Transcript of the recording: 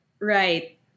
Right